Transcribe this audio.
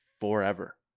forever